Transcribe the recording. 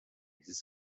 his